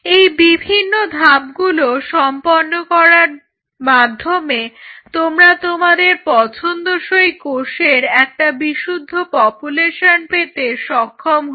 এই বিভিন্ন ধাপগুলো সম্পন্ন করার মাধ্যমে তোমরা তোমাদের পছন্দসই কোষের একটা বিশুদ্ধ পপুলেশন পেতে সক্ষম হবে